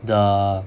the